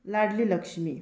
Ladli Lakshmi